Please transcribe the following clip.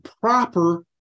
proper